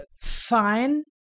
fine